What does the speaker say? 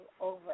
over